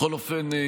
בכל אופן,